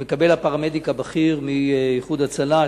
שמקבל הפרמדיק הבכיר מ"איחוד הצלה",